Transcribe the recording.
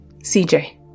CJ